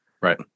Right